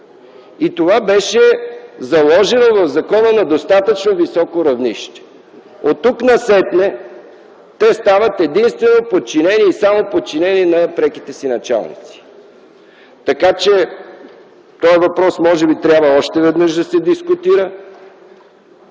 Това беше заложено в закона на достатъчно високо равнище. Оттук-насетне те стават единствено и само подчинени на преките си началници. Така че този въпрос може би трябва да се дискутира